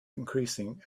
increasing